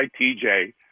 TJ